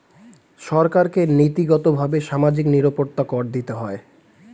সরকারকে নীতিগতভাবে সামাজিক নিরাপত্তা কর দিতে হয়